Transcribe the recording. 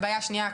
הבעיה השנייה,